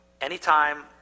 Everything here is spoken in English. anytime